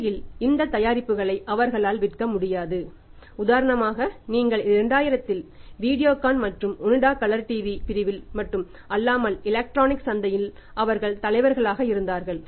சந்தையில் இந்த தயாரிப்புகளை அவர்களால் விக்க முடியாது உதாரணமாக நீங்கள் 2000 இல் வீடியோக்கான் மற்றும் ஒனிடா கலர் TV பிரிவில் மட்டும் அல்லாமல் எலக்ட்ரானிக்ஸ் சந்தையின் அவர்கள் தலைவர்களாக இருந்தார்கள்